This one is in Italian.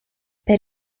per